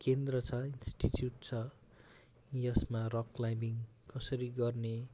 केन्द्र छ इन्स्टिच्युट छ यसमा रक क्लाइम्बिङ कसरी गर्ने